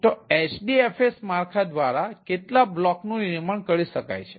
તો HDFS માળખા દ્વારા કેટલા બ્લોક નું નિર્માણ કરી શકાય છે